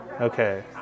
Okay